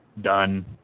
done